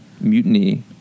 mutiny